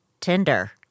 Tinder